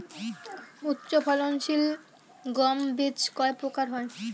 উচ্চ ফলন সিল গম বীজ কয় প্রকার হয়?